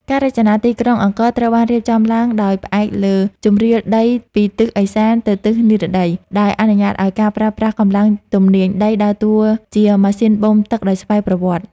ការរចនាទីក្រុងអង្គរត្រូវបានរៀបចំឡើងដោយផ្អែកលើជម្រាលដីពីទិសឦសានទៅទិសនិរតី ដែលអនុញ្ញាតឱ្យការប្រើប្រាស់កម្លាំងទំនាញដី ដើរតួជាម៉ាស៊ីនបូមទឹកដោយស្វ័យប្រវត្តិ។